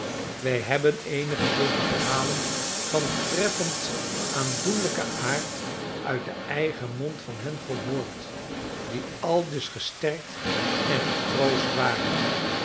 wij hebben eenige zulke verhalen van treffend aandoenlijken aard uit den eigen mond van hen gehoord die aldus gesterkt en getroost waren